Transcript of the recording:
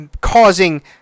causing